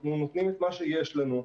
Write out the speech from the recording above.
אנחנו נותנים את מה שיש לנו.